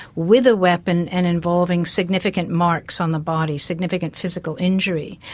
with a weapon and involving significant marks on the body, significant physical injury.